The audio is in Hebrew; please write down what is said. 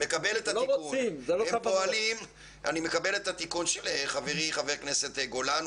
מקבל את התיקון של חברי חבר הכנסת גולן.